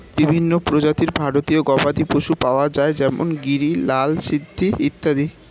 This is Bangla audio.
বিভিন্ন প্রজাতির ভারতীয় গবাদি পশু পাওয়া যায় যেমন গিরি, লাল সিন্ধি ইত্যাদি